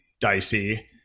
dicey